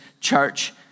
church